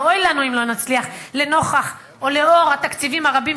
ואוי לנו אם לא נצליח לנוכח או לאור התקציבים הרבים